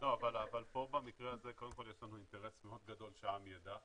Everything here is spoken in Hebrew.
אבל פה במקרה הזה קודם כל יש לנו אינטרס מאוד גדול שהעם ידע,